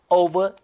over